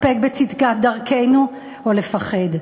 לפקפק בצדקת דרכנו או לפחד,